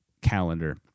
calendar